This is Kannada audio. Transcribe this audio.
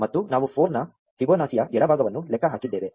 ಮತ್ತು ನಾವು 4 ನ ಫಿಬೊನಾಕಿಯ ಎಡಭಾಗವನ್ನು ಲೆಕ್ಕ ಹಾಕಿದ್ದೇವೆ